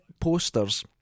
posters